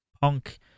Punk